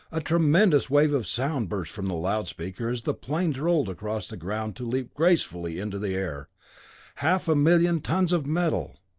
a tremendous wave of sound burst from the loudspeaker as the planes rolled across the ground to leap gracefully into the air half a million tons of metal!